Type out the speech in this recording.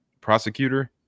prosecutor